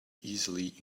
easily